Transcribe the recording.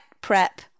prep